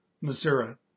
Missouri